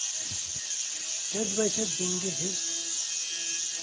ᱪᱟᱹᱛ ᱵᱟᱹᱭᱥᱟᱹᱠᱷ ᱫᱤᱱᱜᱮ ᱰᱷᱮᱹᱨ